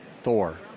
Thor